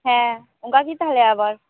ᱦᱮᱸ ᱚᱱᱠᱟ ᱜᱮ ᱛᱟᱦᱚᱞᱮ ᱟᱵᱟᱨ